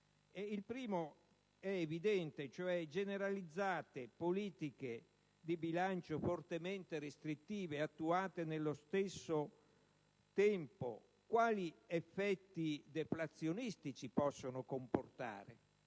Il primo è evidente: generalizzate politiche di bilancio fortemente restrittive, attuate nello stesso tempo, quali effetti deflazionistici possono comportare?